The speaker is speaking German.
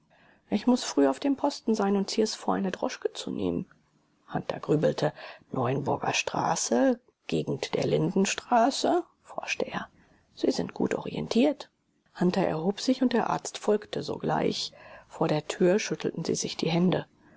ich muß früh auf dem posten sein und ziehe es vor eine droschke zu nehmen hunter grübelte neuenburger straße gegend der lindenstraße forschte er sie sind gut orientiert hunter erhob sich und der arzt folgte sogleich vor der tür schüttelten sie sich die hände